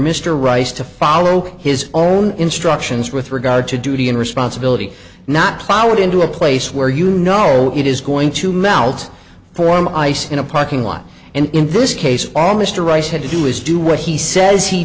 mr rice to follow his own instructions with regard to duty and responsibility not plow it into a place where you know it is going to melt foreign ice in a parking lot and in this case all mr rice had to do is do what he says he